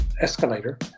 escalator